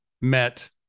met